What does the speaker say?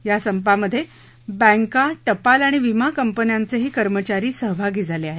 या संपामध्ये बँका टपाल आणि विमा कंपन्यांचेही कर्मचारी सहभागी झाले आहेत